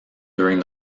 during